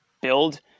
build